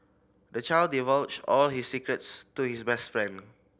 the child divulged all his secrets to his best friend